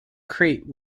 crate